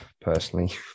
personally